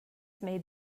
made